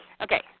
Okay